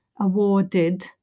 awarded